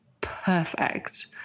perfect